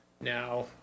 now